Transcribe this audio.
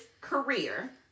career